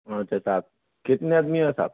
او اچھا صاحب کتنے آدمی ہیں صاحب